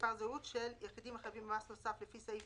ומספר זהות של יחידים החייבים במס נוסף לפי סעיף